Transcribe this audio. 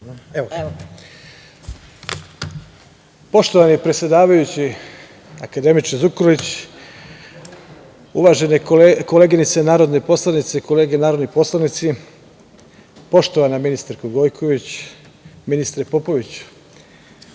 Arežina** Poštovani predsedavajući, akademiče Zukorlić, uvažene koleginice narodne poslanice, kolege narodni poslanici, poštovana ministarko Gojković, ministre Popović,